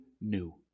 new